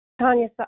Tanya